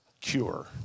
cure